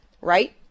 Right